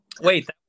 Wait